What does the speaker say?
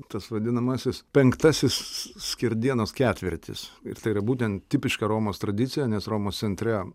tas vadinamasis penktasis skerdienos ketvirtis ir tai yra būtent tipiška romos tradicija nes romos centre